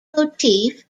motif